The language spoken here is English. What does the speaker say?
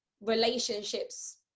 relationships